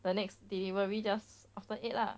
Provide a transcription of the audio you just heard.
the next delivery just after eight lah